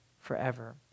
forever